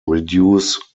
reduce